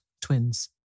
twins